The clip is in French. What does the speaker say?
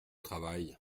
travail